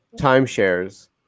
timeshares